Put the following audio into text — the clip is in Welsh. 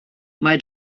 mae